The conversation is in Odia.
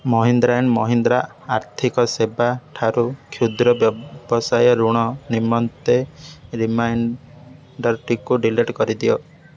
ମହିନ୍ଦ୍ରା ଆଣ୍ଡ୍ ମହିନ୍ଦ୍ରା ଆର୍ଥିକ ସେବା ଠାରୁ କ୍ଷୁଦ୍ର ବ୍ୟବସାୟ ଋଣ ନିମନ୍ତେ ରିମାଇଣ୍ଡର୍ଟିକୁ ଡ଼ିଲିଟ୍ କରି ଦିଅ